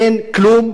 אין כלום,